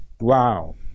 Wow